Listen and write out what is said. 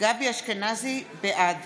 בעד